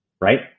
right